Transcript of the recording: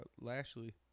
Lashley